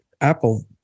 Apple